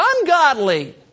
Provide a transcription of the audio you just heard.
ungodly